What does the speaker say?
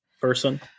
person